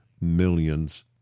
millions